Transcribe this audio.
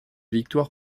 victoire